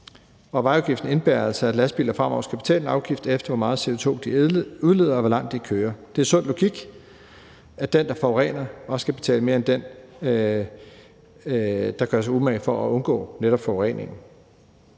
Og vejafgiften indebærer altså, at lastbiler fremover skal betale en afgift, efter hvor meget CO2 de udleder og hvor langt de kører. Det er sund logik, at den, der forurener, også skal betale mere end den, der gør sig umage for at undgå netop at forurene.